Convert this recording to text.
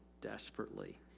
desperately